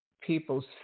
people's